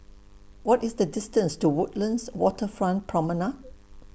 What IS The distance to Woodlands Waterfront Promenade